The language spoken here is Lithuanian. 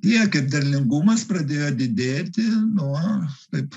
tiek ir derlingumas pradėjo didėti nuo taip